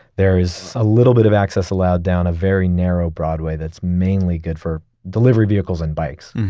there is a little bit of access allowed down a very narrow broadway that's mainly good for delivery vehicles and bikes,